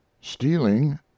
stealing